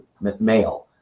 male